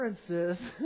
differences